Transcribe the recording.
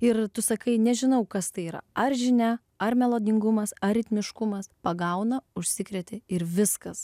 ir tu sakai nežinau kas tai yra ar žinia ar melodingumas ar ritmiškumas pagauna užsikrėti ir viskas